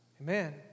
Amen